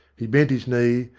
he bent his knee,